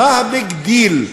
מה הביג-דיל?